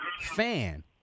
fan